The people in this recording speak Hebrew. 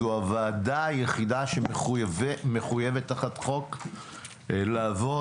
זו הוועדה היחידה שמחויבת תחת חוק לעבוד.